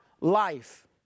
life